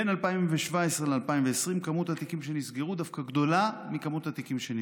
בין 2017 ל-2020 כמות התיקים שנסגרו דווקא גדולה מכמות התיקים שנפתחו.